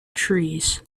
trees